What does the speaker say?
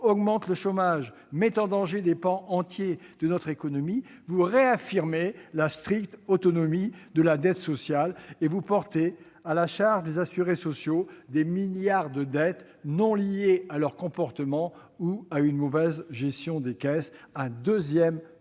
augmente le chômage, met en danger des pans entiers de notre économie, vous réaffirmez la stricte autonomie de la dette sociale et vous portez à la charge des assurés sociaux des milliards de dettes non liées à leurs comportements ou à une mauvaise gestion des caisses- c'est un deuxième